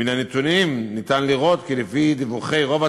מן הנתונים אפשר לראות כי לפי דיווחי רוב התלמידים,